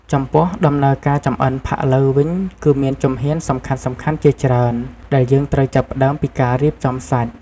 ចំពោះ ដំណើរការចម្អិនផាក់ឡូវវិញ គឺមានជំហានសំខាន់ៗជាច្រើន ដែលយើងត្រូវចាប់ផ្ដើមពីការរៀបចំសាច់។